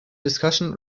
discussion